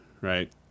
right